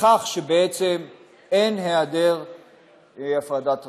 לכך שבעצם אין הפרדת רשויות.